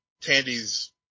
Tandy's